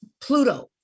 Pluto